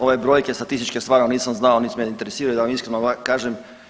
Ove brojke statističke stvarno nisam znao niti me interesiraju da vam iskreno kažem.